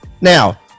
Now